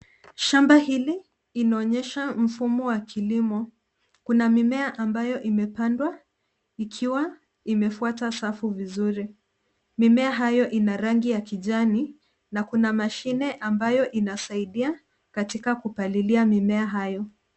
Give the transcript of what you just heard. Shamba hili inaonesha mfumo wa kilimo. Kuna mimea ambayo imepandwa ikiwa imefuata safu vizuri. Mimea hayo ina rangi ya kijani na kuna mashine ambayo inasaidia katika kupalilia mimea hayo.